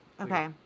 Okay